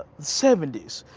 seventy s.